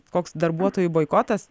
koks darbuotojų boikotas